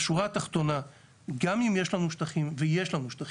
בשורה התחתונה גם אם יש לנו שטחים ויש לנו שטחים,